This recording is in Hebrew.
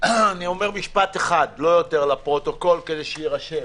אומר משפט אחד, לפרוטוקול, כדי שיירשם